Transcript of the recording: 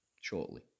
shortly